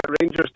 Rangers